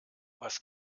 was